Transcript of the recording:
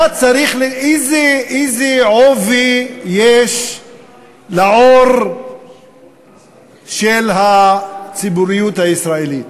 איזה עובי יש לעור של הציבוריות הישראלית,